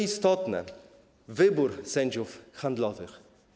Istotny jest wybór sędziów handlowych.